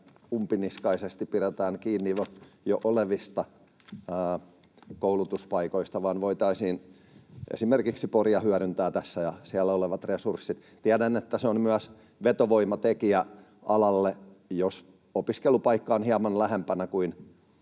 umpiniskaisesti pidetään kiinni jo olevista koulutuspaikoista, vaan tässä voitaisiin hyödyntää esimerkiksi Poria ja siellä olevia resursseja. Tiedän, että se on myös vetovoimatekijä alalle, jos opiskelupaikka on hieman lähempänä kuin